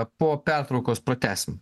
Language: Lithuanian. po pertraukos pratęsim